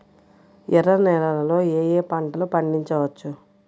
ఎర్ర నేలలలో ఏయే పంటలు పండించవచ్చు?